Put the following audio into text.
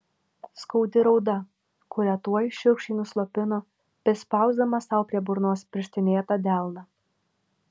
skaudi rauda kurią tuoj šiurkščiai nuslopino prispausdamas sau prie burnos pirštinėtą delną